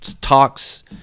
talks